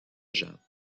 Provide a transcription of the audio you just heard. jean